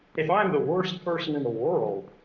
if i'm the worst person in the world,